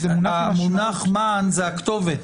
המונח מען זה הכתובת.